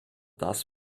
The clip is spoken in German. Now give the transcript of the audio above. das